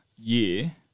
Year